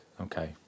Okay